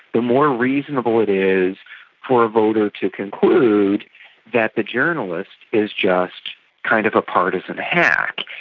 the more reasonable it is for a voter to conclude that the journalist is just kind of a partisan hack,